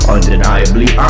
Undeniably